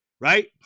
right